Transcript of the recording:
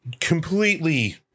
Completely